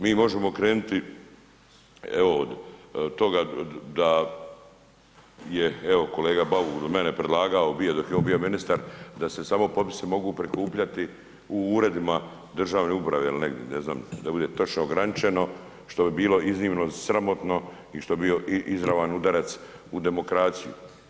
Mi možemo krenuti evo od toga da je evo kolega Bauk do mene predlagao bio dok je on bio ministar da se samo potpisi mogu prikupljati u uredima državne uprave il negde, ne znam da bude točno ograničeno, što bi bilo iznimno sramotno i što bi bio izravan udarac u demokraciju.